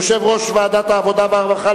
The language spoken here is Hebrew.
יושב-ראש ועדת העבודה והרווחה,